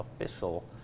official